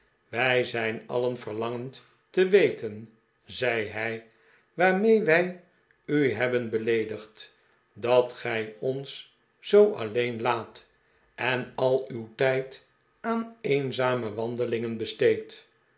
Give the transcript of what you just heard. wij zijn alien verlangend te weten zei hij waarmee wij u hebben beleedigd dat gij ons zoo alleen laat en al uw tijd aan eenzame wandelingen besteedt